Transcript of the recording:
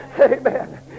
Amen